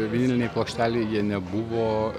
vinilinėj plokštelėj jie nebuvo